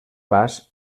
pas